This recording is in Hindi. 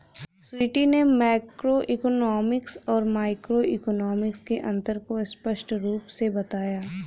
स्वीटी ने मैक्रोइकॉनॉमिक्स और माइक्रोइकॉनॉमिक्स के अन्तर को स्पष्ट रूप से बताया